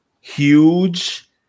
huge